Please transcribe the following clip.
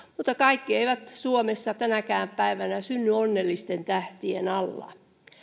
mutta kaikki eivät suomessa tänäkään päivänä synny onnellisten tähtien alla